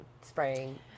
spraying